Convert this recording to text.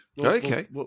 Okay